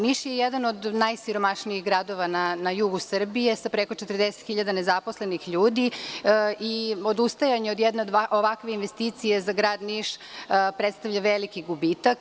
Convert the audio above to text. Niš je jedan od najsiromašnijih gradova na jugu Srbije, sa preko 40.000 nezaposlenih ljudi i odustajanje od jedne ovakve investicije za grad Niš predstavlja veliki gubitak.